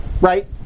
Right